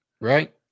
Right